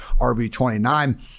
RB29